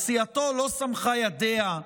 או סיעתו לא סמכה ידיה,